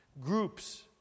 groups